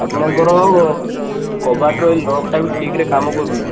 ଆପଣଙ୍କର କବାଟର ଲକ୍ ଟା ବି ଠିକ୍ ରେ କାମ କରୁନାହିଁ